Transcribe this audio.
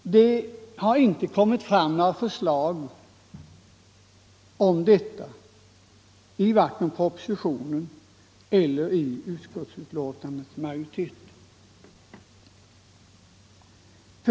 Det har inte kommit fram några förslag om detta i vare sig propositionen eller utskottsbetänkandet.